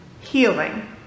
healing